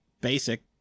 basic